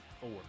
Four